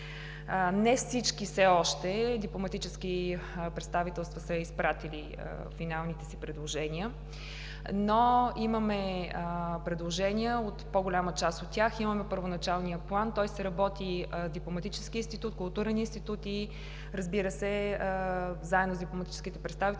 Не всички дипломатически представителства все още са изпратили финалните си предложения, но имаме предложения от по-голяма част от тях. Имаме първоначалния план. Той се работи в Дипломатическия институт, в Културния институт и, разбира се, заедно с дипломатическите представителства